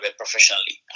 professionally